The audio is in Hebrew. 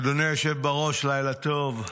אדוני היושב בראש, לילה טוב.